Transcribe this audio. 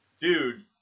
Dude